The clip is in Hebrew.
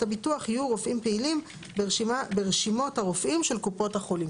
הביטוח יהיו רופאים פעילים ברשימות הרופאים של קופות החולים.